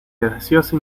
graciosa